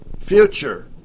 Future